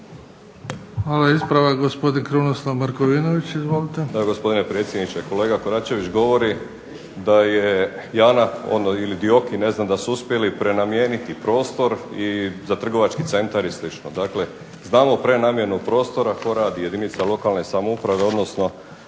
Hvala. Ispravak, gospodin Krunoslav Markovinović. Izvolite.